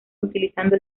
utilizando